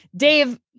Dave